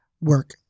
work